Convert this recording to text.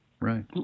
Right